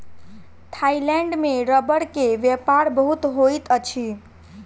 Thailand में रबड़ के व्यापार बहुत होइत अछि